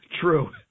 True